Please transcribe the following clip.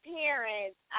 parents